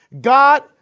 God